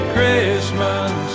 Christmas